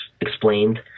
explained